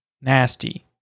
nasty